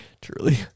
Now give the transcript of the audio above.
Truly